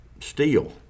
steel